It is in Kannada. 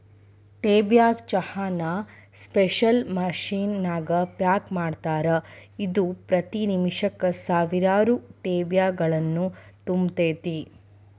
ಟೇ ಬ್ಯಾಗ್ ಚಹಾನ ಸ್ಪೆಷಲ್ ಮಷೇನ್ ನ್ಯಾಗ ಪ್ಯಾಕ್ ಮಾಡ್ತಾರ, ಇದು ಪ್ರತಿ ನಿಮಿಷಕ್ಕ ಸಾವಿರಾರು ಟೇಬ್ಯಾಗ್ಗಳನ್ನು ತುಂಬತೇತಿ